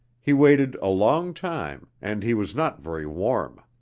he waited a long time and he was not very warm.